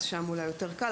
אז שם אולי יותר קל,